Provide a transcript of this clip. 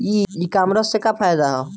ई कामर्स से का फायदा ह?